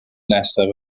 nesaf